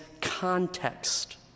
context